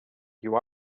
you